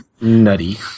Nutty